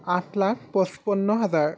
আঠ লাখ পঁচপন্ন হাজাৰ